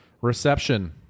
Reception